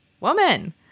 woman